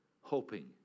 hoping